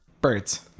birds